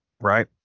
right